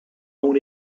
own